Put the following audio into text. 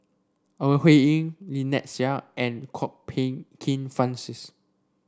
Ore Huiying Lynnette Seah and Kwok Peng Kin Francis